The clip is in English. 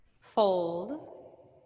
Fold